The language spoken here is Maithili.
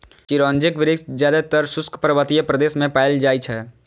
चिरौंजीक वृक्ष जादेतर शुष्क पर्वतीय प्रदेश मे पाएल जाइ छै